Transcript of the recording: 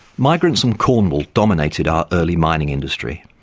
migrants from cornwall dominated our early mining industry.